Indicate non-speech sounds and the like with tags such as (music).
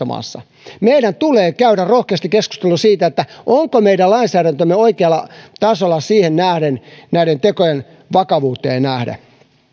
(unintelligible) maassa meidän tulee käydä rohkeasti keskustelua siitä onko meidän lainsäädäntömme oikealla tasolla näiden tekojen vakavuuteen nähden